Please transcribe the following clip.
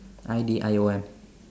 I D I O M